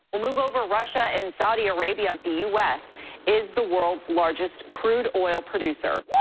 ah move over, russia and saudi arabia. the us is the world's largest crude oil producer. yeah